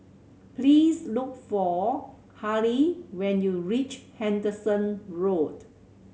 please look for Halle when you reach Henderson Road